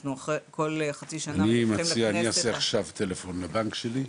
אני מציע שאני אעשה עכשיו טלפון לבנק שלי,